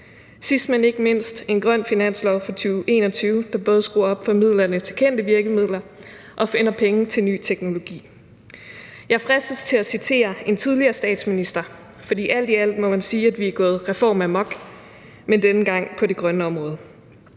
Sidst, men ikke mindst, indgik vi en grøn finanslov for 2021, der både skruer op for midlerne til kendte virkemidler og finder penge til ny teknologi. Jeg fristes til at citere en tidligere statsminister, for alt i alt må man sige, at vi er gået reformamok, men denne gang på det grønne område,